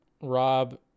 rob